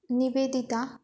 निवेदिता